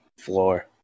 floor